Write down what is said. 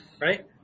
right